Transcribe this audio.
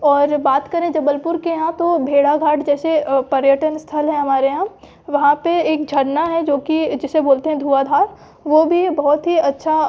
और बात करें जबलपुर के यहाँ तो भेड़ाघाट जैसे पर्यटन स्थल हैं हमारे यहाँ वहाँ पे एक झरना है जो कि जिसे बोलते हैं धुआधार वो भी बहुत ही अच्छा